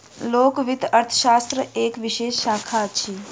लोक वित्त अर्थशास्त्रक एक विशेष शाखा अछि